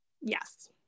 Yes